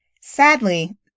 Sadly